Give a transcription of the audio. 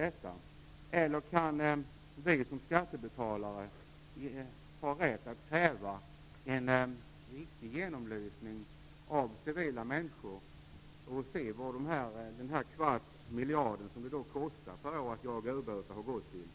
Kan inte vi som skattebetalare ha rätt att kräva en riktig genomlysning, gjord av civila, för att se vad den kvarts miljard per år det kostar att jaga ubåtar har gått till?